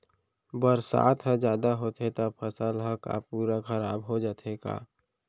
बरसात ह जादा होथे त फसल ह का पूरा खराब हो जाथे का?